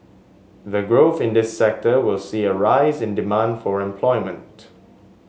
the growth in this sector will see a rise in demand for employment